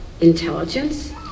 intelligence